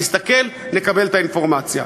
נסתכל ונקבל את האינפורמציה.